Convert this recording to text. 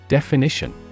Definition